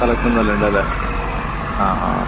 selection നല്ല ഉണ്ടല്ലേ ആ ആ